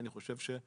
אני חושב שכרגע,